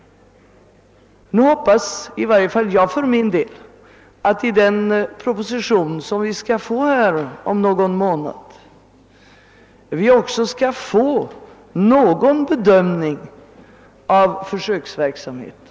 Nu hoppas i varje fall jag för min del att i den proposition som vi skall få här om någon månad vi också skall få någon bedömning av försöksverksamheten.